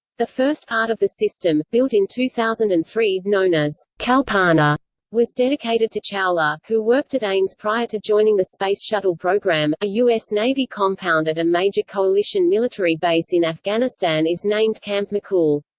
the first part of the system, built in two thousand and three, known as kalpana was dedicated to chawla, who worked at ames prior to joining the space shuttle program a u s. navy compound at a major coalition military base in afghanistan is named camp mccool.